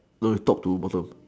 no you top to bottom